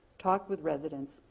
talked with residents,